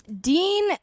Dean